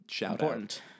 important